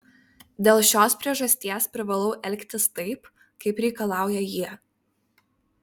dėl šios priežasties privalau elgtis taip kaip reikalauja jie